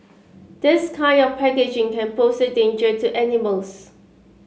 this kind of packaging can pose a danger to animals